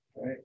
Right